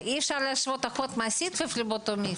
ואי אפשר להשוות אלות מעשית לפבלוטומיסט.